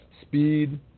speed